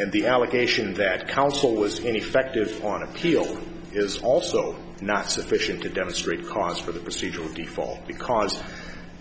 and the allegation that counsel was in effective on appeal is also not sufficient to demonstrate cause for the procedural default because